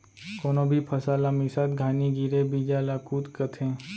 कोनो भी फसल ला मिसत घानी गिरे बीजा ल कुत कथें